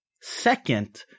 second